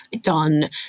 done